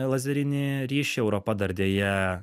lazerinį ryšį europa dar deja